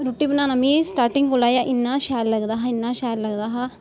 रूट्टी बनाना मिगी स्टार्टिंग कोला गै इन्ना शैल लगदा हा इन्ना शैल लगदा हा